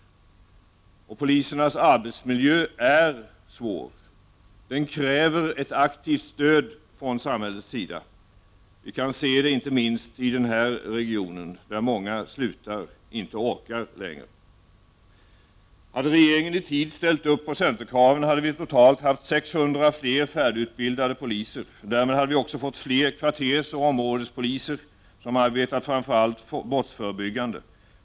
Polisernas arbetsmiljö är svår. Den kräver ett aktivt stöd från samhällets sida. Detta kan vi se inte minst i Stockholmsregionen där många poliser slutar sitt arbete för att de inte orkar längre. Hade regeringen i tid ställt sig bakom centerkraven hade vi haft totalt 600 fler färdigutbildade poliser. Därmed hade vi också fått fler kvartersoch områdespoliser som arbetar framför allt brottsförebyggande.